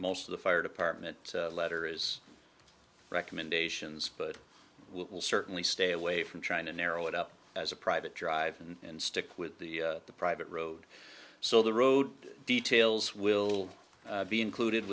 most of the fire department letter is recommendations but i will certainly stay away from trying to narrow it up as a private drive and stick with the private road so the road details will be included